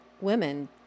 women